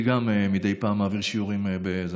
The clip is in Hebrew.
גם אני מדי פעם מעביר שיעורים ככה.